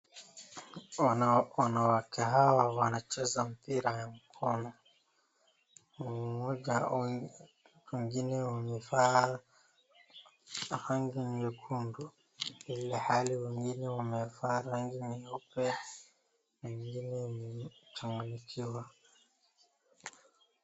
Wanawake hawa wancheza mpira wa mkono wengine wamevaa rangi nyekundu ilhali wengine wamevaa rangi nyeupe wengine wamechanganyikiwa.